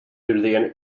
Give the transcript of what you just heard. due